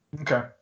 Okay